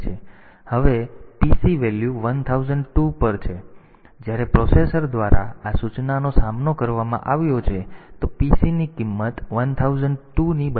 હવે તે પછી PC વેલ્યુ 1002 થાય છે હવે જ્યારે પ્રોસેસર દ્વારા આ સૂચનાનો સામનો કરવામાં આવ્યો છે તો PC ની કિંમત 1002 ની બરાબર છે